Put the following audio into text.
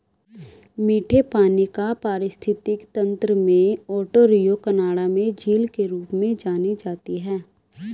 मीठे पानी का पारिस्थितिकी तंत्र में ओंटारियो कनाडा में झील के रूप में जानी जाती है